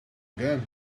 again